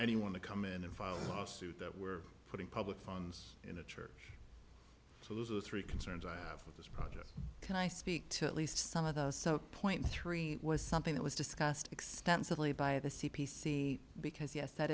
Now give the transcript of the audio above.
anyone to come in a violent lawsuit that we're putting public funds in a church so those are the three concerns i have with this project can i speak to at least some of those so point three was something that was discussed extensively by the c p c because yes that